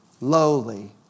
lowly